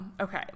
okay